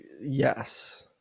Yes